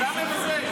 אתה מבזה.